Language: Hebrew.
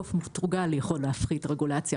כל אחד יכול להפחית רגולציה,